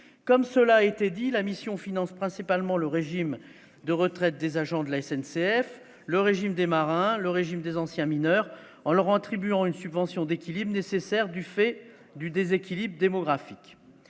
comme cela a été dit la mission finance principalement le régime de retraite des agents de la SNCF, le régime des marins, le régime des anciens mineurs en Laurent attribuant une subvention d'équilibre nécessaire du fait du déséquilibre démographique,